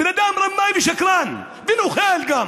בן אדם רמאי ושקרן, וגם נוכל.